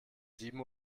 sieben